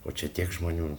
o čia tiek žmonių